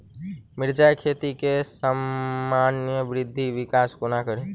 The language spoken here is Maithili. मिर्चा खेती केँ सामान्य वृद्धि विकास कोना करि?